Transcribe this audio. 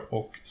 och